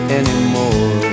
anymore